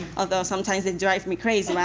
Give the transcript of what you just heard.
although sometimes they drive me crazy.